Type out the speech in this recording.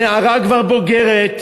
הנערה כבר בוגרת,